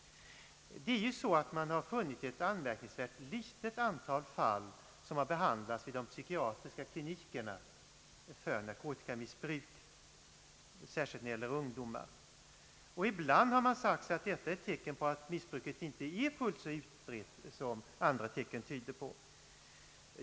Man har funnit ett anmärkningsvärt litet antal fall av narkotikamissbrukare som har uppsökt de psykiatriska klinikerna. Ibland har man sagt sig att detta är ett tecken på att missbruket inte är så utbrett som andra tecken tyder på.